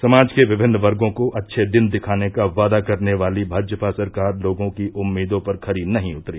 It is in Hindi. समाज के विभिन्न वर्गो को अच्छे दिन दिखाने का वादा करने वाली भाजपा सरकार लोगों की उम्मीदों पर खरी नही उतरी